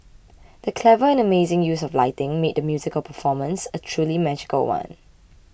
the clever and amazing use of lighting made the musical performance a truly magical one